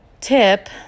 tip